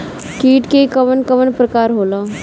कीट के कवन कवन प्रकार होला?